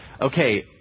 Okay